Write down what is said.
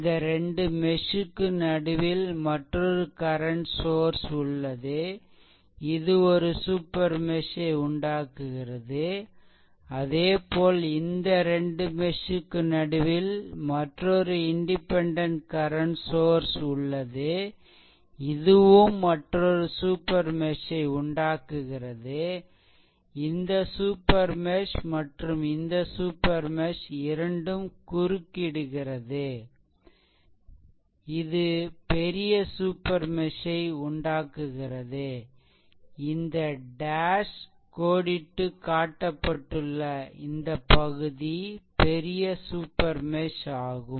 இந்த 2 மெஷ் க்கு நடுவில் மற்றொரு கரண்ட் சோர்ஸ் உள்ளது இது ஒரு சூப்பர் மெஷ் ஐ உண்டாக்குகிறது அதேபோல் இந்த 2 மெஷ் க்கு நடுவில் மற்றொரு இன்டிபெண்டென்ட் கரண்ட் சோர்ஸ் உள்ளது இதுவும் மற்றொரு சூப்பர் மெஷ் ஐ உண்டாக்குகிறது இந்த சூப்பர் மெஷ் மற்றும் இந்த சூப்பர் மெஷ் இரண்டும் குறுக்கிடுகிறது இது பெரிய சூப்பர் மெஷ் ஐ உண்டாக்குகிறது இந்த டேஷ் கோடிட்டு காட்டப்பட்டுள்ள இந்த பகுதி பெரிய சூப்பர் மெஷ் ஆகும்